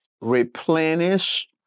replenish